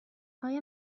آیا